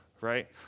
right